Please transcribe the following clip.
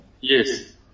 Yes